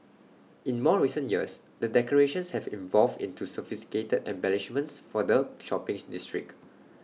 in more recent years the decorations have evolved into sophisticated embellishments for the shopping district